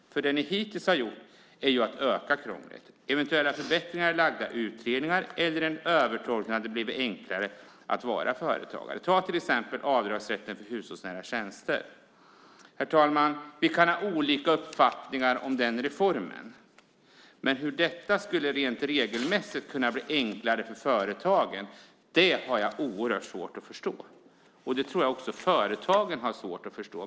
Det ni hittills har gjort är att öka krånglet. Eventuella förbättringar och utredningar skulle göra det enklare att vara företagare. Ta till exempel avdragsrätten för hushållsnära tjänster. Herr talman! Vi kan ha olika uppfattningar om den reformen, men hur detta rent regelmässigt ska bli enklare för företagen har jag oerhört svårt att förstå. Det tror jag också att företagen har svårt att förstå.